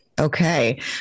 Okay